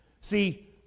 See